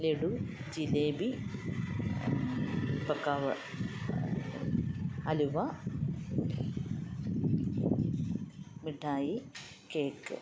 ലഡു ജിലേബി പക്കാവ് അലുവ മിഠായി കേക്ക്